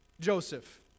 Joseph